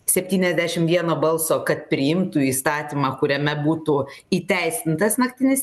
septyniasdešim vieno balso kad priimtų įstatymą kuriame būtų įteisintas naktinis